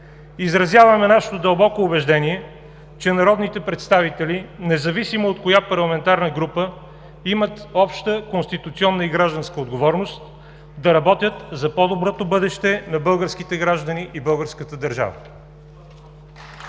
Изразяваме нашето дълбоко убеждение, че народните представители, независимо от коя парламентарна група, имат обща конституционна и гражданска отговорност да работят за по-доброто бъдеще на българските граждани и българската държава.